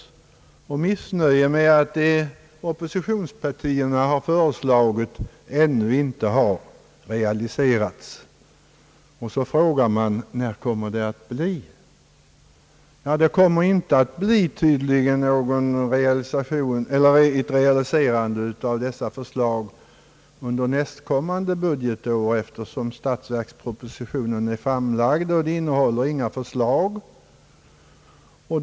Man är missnöjd med att det som oppositionspartierna har föreslagit ännu inte har realiserats, och man frågar: När kommer detta att ske? Det kommer tydligen inte att bli något realiserande av dessa förslag under nästkommande budgetår, eftersom den framlagda statsverkspropositionen inte innehåller några förslag härom.